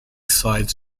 sides